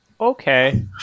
Okay